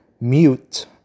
mute